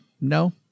no